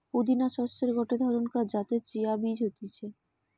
পুদিনা শস্যের গটে ধরণকার যাতে চিয়া বীজ হতিছে